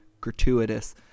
gratuitous